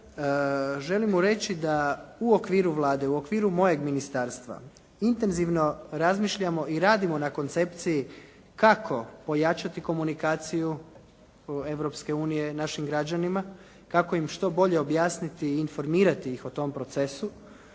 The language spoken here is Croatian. Želim mu reći da u okviru Vlade, u okviru mojeg ministarstva intenzivno razmišljamo i radimo na koncepciji kako pojačati komunikaciju Europske unije našim građanima, kako im što bolje objasniti i informirati ih o tom procesu,